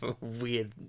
weird